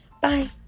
Bye